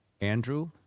Andrew